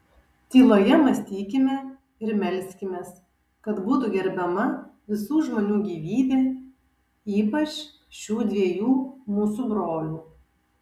tyloje mąstykime ir melskimės kad būtų gerbiama visų žmonių gyvybė ypač šių dviejų mūsų brolių